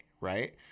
right